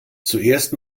zuerst